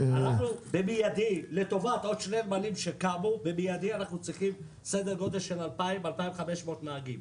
במידי לטובת עוד שני נמלים שקמו אנחנו צריכים כ-2,500 נהגים.